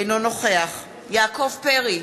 אינו נוכח יעקב פרי,